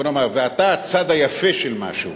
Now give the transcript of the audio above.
בוא נאמר, ואתה הצד היפה של משהו.